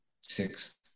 Six